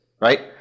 right